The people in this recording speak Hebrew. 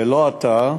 ולא התא,